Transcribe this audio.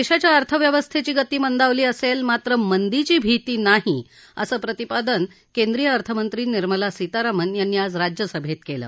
देशाच्या अर्थव्यवस्थेची गती मंदावली असेल मात्र मंदीची भीती नाही असं प्रतिपादन केंद्रीय अर्थमंत्री निर्मला सीतारामन यांनी आज राज्यसभेत केलं